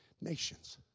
nations